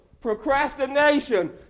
procrastination